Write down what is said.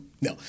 no